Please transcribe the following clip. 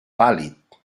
pàl·lid